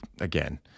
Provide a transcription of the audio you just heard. again